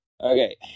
Okay